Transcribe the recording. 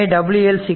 எனவே WL 0